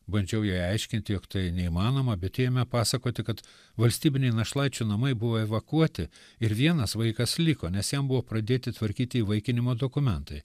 bandžiau jai aiškinti jog tai neįmanoma bet ji ėmė pasakoti kad valstybiniai našlaičių namai buvo evakuoti ir vienas vaikas liko nes jam buvo pradėti tvarkyti įvaikinimo dokumentai